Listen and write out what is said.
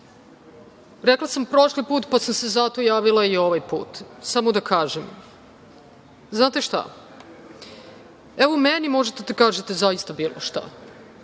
sam prošli put, pa sam se zato javila i ovaj put, samo da kažem. Znate šta, evo, meni možete da kažete zaista bilo šta,